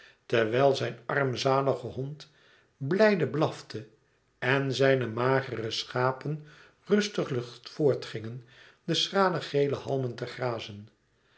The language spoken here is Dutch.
terwijl zijn armzalige hond blijde blafte en zijne magere schapen rustiglijk voort gingen de schrale gele halmen te grazen